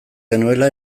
genuela